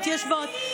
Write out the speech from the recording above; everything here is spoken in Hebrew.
מתיישבות,